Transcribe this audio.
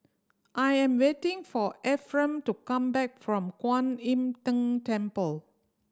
I am waiting for Efrem to come back from Kuan Im Tng Temple